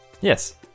Yes